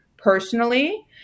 personally